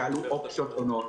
כי עלו אופציות שונות.